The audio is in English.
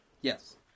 Yes